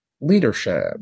leadership